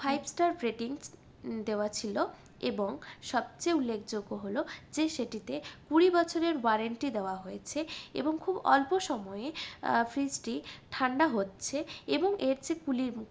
five star rating দেওয়া ছিল এবং সবচেয়ে উল্লেখযোগ্য হল যে সেটিতে কুড়ি বছরের ওয়ারেন্টি দেওয়া হয়েছে এবং খুব অল্প সময়ে ফ্রিজটি ঠান্ডা হচ্ছে এবং এর যে কুলিং